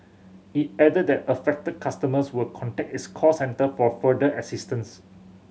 it added that affected customers would contact its call centre for further assistance